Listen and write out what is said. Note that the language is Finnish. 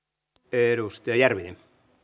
arvoisa